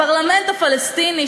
הפרלמנט הפלסטיני,